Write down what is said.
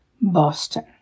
Boston